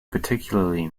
particularly